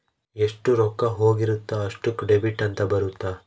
ಎಷ್ಟ ರೊಕ್ಕ ಹೋಗಿರುತ್ತ ಅಷ್ಟೂಕ ಡೆಬಿಟ್ ಅಂತ ಬರುತ್ತ